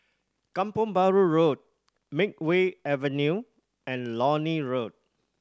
Kampong Bahru Road Makeway Avenue and Lornie Road